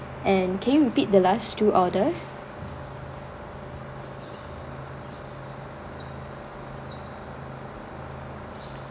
and can you repeat the last two orders